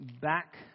back